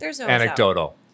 anecdotal